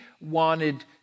wanted